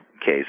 case